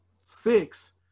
six